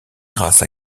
grâce